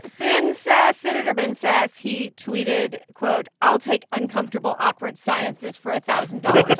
ben sasse senator ben sasse. he tweeted, quote, i'll take uncomfortable, awkward silences for a thousand dollars, but